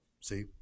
See